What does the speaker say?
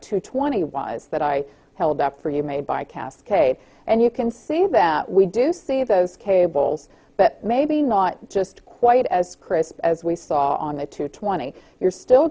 to twenty was that i held up for you made by cascade and you can see that we do see those cables but maybe not just quite as chris as we saw on the two twenty you're still